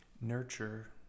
nurture